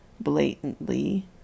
Blatantly